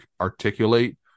articulate